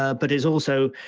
ah but it's also